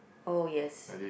oh yes